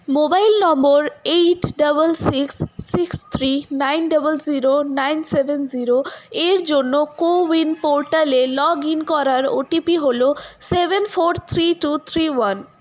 mobile number eight double six six three nine double zero nine seven zero এর জন্য CoWIN পোর্টালে log in করার OTP হল seven four three two three one